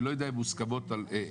אני לא יודע אם הן מוסכמות על הפקידות